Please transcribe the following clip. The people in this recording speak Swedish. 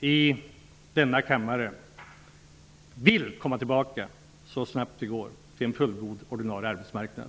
i denna kammare så snabbt som möjligt vill komma tillbaka till en fullgod och normal arbetsmarknad.